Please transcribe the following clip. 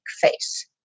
face